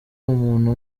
umuntu